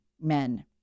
men